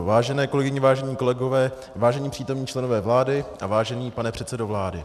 Vážené kolegyně, vážení kolegové, vážení přítomní členové vlády a vážený pane předsedo vlády.